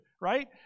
right